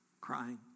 crying